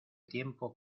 tiempo